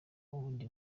ubundi